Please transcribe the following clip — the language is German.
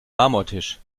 marmortisch